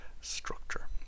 structure